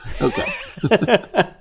Okay